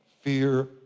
fear